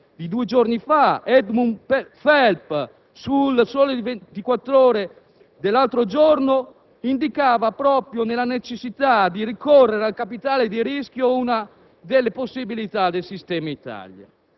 per l'economia, Edmund Phelps, su «Il Sole 24 ORE», qualche giorno fa, indicava proprio nella necessità di ricorrere al capitale di rischio una delle possibilità del sistema Italia.